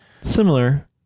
Similar